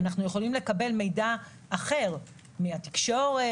אנחנו יכולים לקבל מידע אחר מהתקשורת,